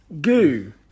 Goo